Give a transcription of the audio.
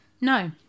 No